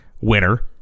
winner